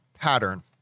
pattern